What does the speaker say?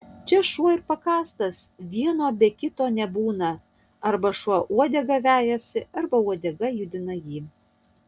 čia šuo ir pakastas vieno be kito nebūna arba šuo uodegą vejasi arba uodega judina jį